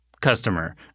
customer